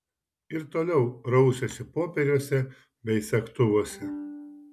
ir toliau rausėsi popieriuose bei segtuvuose